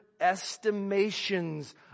estimations